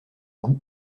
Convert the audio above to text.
goût